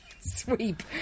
Sweep